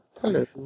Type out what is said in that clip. Hello